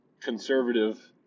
conservative